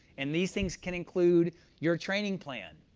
and these things can include your training plan,